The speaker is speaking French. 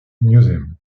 museum